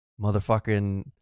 Motherfucking